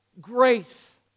grace